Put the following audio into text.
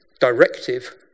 directive